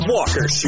Walker